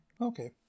okay